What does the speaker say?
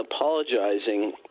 apologizing